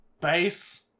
base